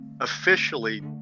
officially